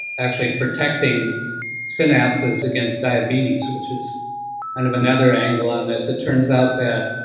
actually, protecting synapses against diabetes, which is kind of another angle on this. it turns out that